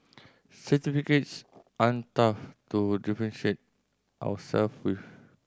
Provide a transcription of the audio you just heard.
certificates aren't enough to differentiate ourselves with